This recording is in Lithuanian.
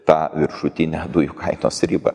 tą viršutinę dujų kainos ribą